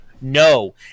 No